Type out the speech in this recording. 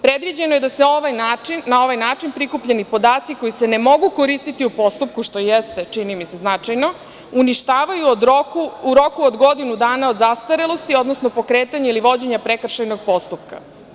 Predviđeno je da se na ovaj način prikupljeni podaci koji se ne mogu koristiti u postupku što jeste, čini mi se, značajno uništavaju u roku od godinu dana od zastarelosti odnosno pokretanja ili vođenja prekršajnog postupka.